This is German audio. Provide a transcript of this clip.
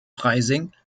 freising